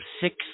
six